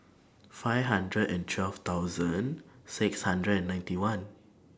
five hundred and twelve thousand six hundred and ninety one